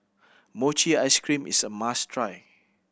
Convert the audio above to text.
mochi ice cream is a must try